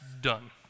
done